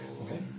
Okay